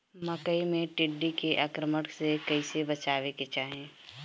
मकई मे टिड्डी के आक्रमण से कइसे बचावे के चाही?